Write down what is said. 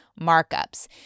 markups